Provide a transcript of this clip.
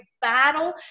battle